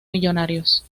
millonarios